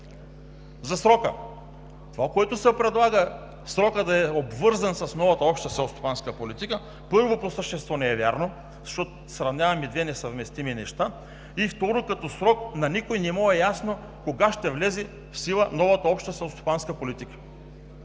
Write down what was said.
За срока. Това, което се предлага, срокът да е обвързан с новата Обща селскостопанска политика, първо, по същество не е вярно, защото сравняваме две несъвместими неща и, второ, на никой не му е ясно кога ще влезе в сила новата Обща селскостопанска политика.